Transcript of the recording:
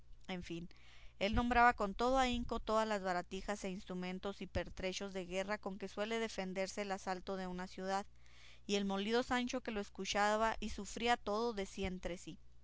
en fin él nombraba con todo ahínco todas las baratijas e instrumentos y pertrechos de guerra con que suele defenderse el asalto de una ciudad y el molido sancho que lo escuchaba y sufría todo decía entre sí